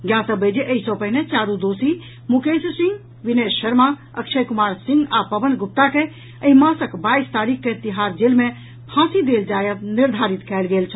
ज्ञातव्य अछि जे एहि सँ पहिने चारू दोषी मुकेश सिंह विनय शर्मा अक्षय कुमार सिंह आ पवन गुप्ता के एहि मासक बाईस तारीख के तिहाड़ जेल मे फांसी देल जायब निर्धारित कयल गेल छल